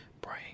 brain